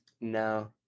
No